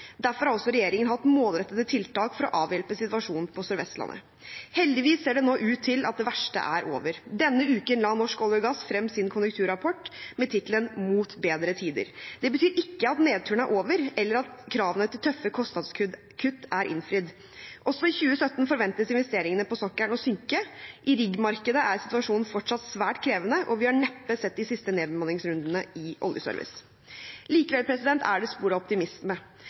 derfor har også regjeringen hatt målrettede tiltak for å avhjelpe situasjonen på Sør-Vestlandet. Heldigvis ser det nå ut til at det verste er over. Denne uken la Norsk olje og gass frem sin konjunkturrapport med tittelen «Mot bedre tider». Det betyr ikke at nedturen er over, eller at kravene til tøffe kostnadskutt er innfridd. Også i 2017 forventes investeringene på sokkelen å synke, i riggmarkedet er situasjonen fortsatt svært krevende, og vi har neppe sett de siste nedbemanningsrundene innen oljeservice. Likevel er det spor av optimisme.